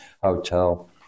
hotel